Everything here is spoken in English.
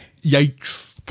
yikes